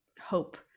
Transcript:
hope